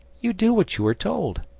you do what you are told.